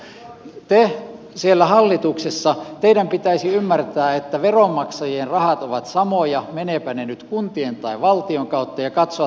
teidän siellä hallituksessa pitäisi ymmärtää että veronmaksajien rahat ovat samoja menevätpä ne nyt kuntien tai valtion kautta ja katsoa tätä talouden kokonaisuutta